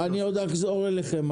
הבנתי תודה, אני עוד אחזור אליכם.